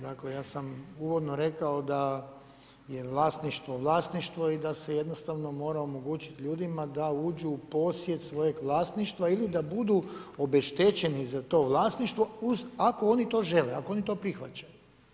Dakle ja sam uvodno rekao da je vlasništvo-vlasništvo i da se jednostavno mora omogućiti ljudima da uđu u posjed svojeg vlasništva ili da budu obeštećeni za to vlasništvo, uz ako oni to žele, ako oni to prihvaćaju.